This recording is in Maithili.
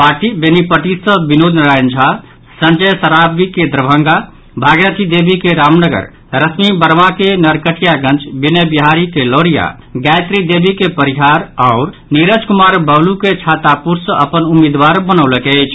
पार्टी बेनीपट्टी सॅ विनोद नारायण झा संजय सरावगी के दरभंगा भागीरथी देवी के रामनगर रश्मि वर्मा के नरकटियागंज विनय बिहारी के लौरिया गायत्री देवी के परिहार आओर नीरज कुमार बबलू के छातापुर सॅ अपन उम्मीदवार बनौलक अछि